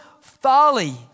folly